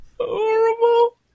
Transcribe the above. Horrible